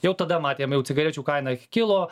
jau tada matėm jau cigarečių kaina kilo